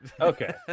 Okay